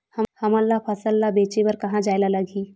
हमन ला फसल ला बेचे बर कहां जाये ला लगही?